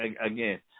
again